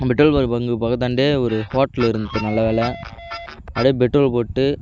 petrol bunk bunk பக்கத்தாண்டே ஒரு hotel இருந்தது நல்ல வேளை அப்படியே பெட்ரோல் போட்டு